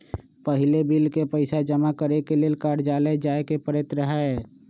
पहिले बिल के पइसा जमा करेके लेल कर्जालय जाय के परैत रहए